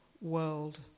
world